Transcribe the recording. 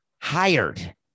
hired